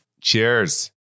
Cheers